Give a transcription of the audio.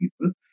people